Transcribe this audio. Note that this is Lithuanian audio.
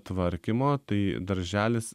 tvarkymo tai darželis